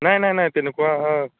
নাই নাই নাই তেনেকুৱা অহা